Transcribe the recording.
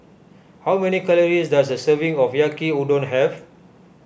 how many calories does a serving of Yaki Udon have